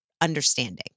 understanding